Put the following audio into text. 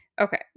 Okay